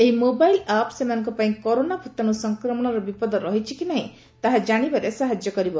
ଏହି mobile app ସେମାନଙ୍କ ପାଇଁ କରୋନା ଭ୍ତାଣୁ ସଂକ୍ରମଣର ବିପଦ ରହିଛି କି ନାହିଁ ତାହା ଜାଣିବାରେ ସାହାଯ୍ୟ କରିବ